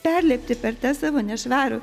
perlipti per tą savo nešvarų